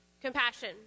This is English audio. compassion